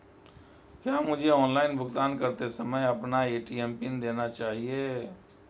क्या मुझे ऑनलाइन भुगतान करते समय अपना ए.टी.एम पिन देना चाहिए?